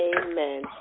amen